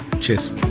Cheers